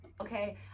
okay